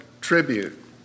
tribute